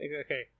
okay